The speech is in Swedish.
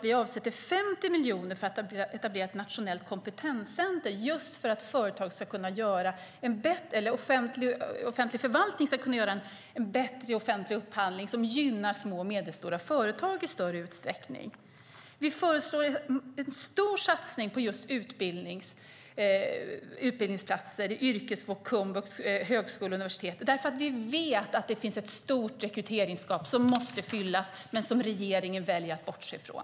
Vi avsätter 50 miljoner för att etablera ett nationellt kompetenscentrum just för att offentlig förvaltning ska kunna göra bättre offentliga upphandlingar som gynnar små och medelstora företag i större utsträckning. Vi föreslår en stor satsning på utbildningsplatser i yrkeshögskola, komvux, högskolor och universitet, därför att vi vet att det finns ett stort rekryteringsgap som måste fyllas men som regeringen väljer att bortse från.